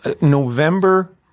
November